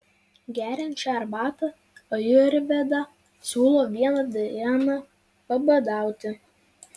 geriant šią arbatą ajurvedą siūlo vieną dieną pabadauti